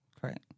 correct